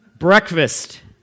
Breakfast